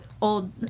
old